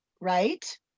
right